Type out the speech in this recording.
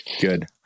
Good